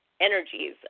energies